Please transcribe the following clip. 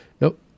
Nope